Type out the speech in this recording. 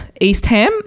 Eastham